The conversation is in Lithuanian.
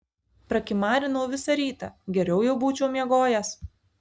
prakimarinau visą rytą geriau jau būčiau miegojęs